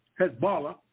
Hezbollah